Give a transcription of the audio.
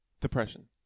Depression